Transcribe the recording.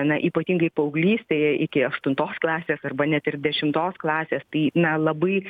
na ypatingai paauglystėje iki aštuntos klasės arba net ir dešimtos klasės tai na labai